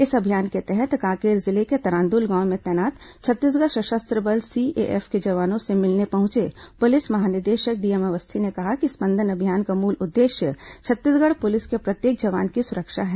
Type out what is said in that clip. इस अभियान के तहत कांकेर जिले के तरांदुल गांव में तैनात छत्तीसगढ़ सशस्त्र बल सीएएफ के जवानों से मिलने पहुंचे पुलिस महानिदेशक डीएम अवस्थी ने कहा कि स्पंदन अभियान का मूल उद्देश्य छत्तीसगढ़ पुलिस के प्रत्येक जवान की सुरक्षा है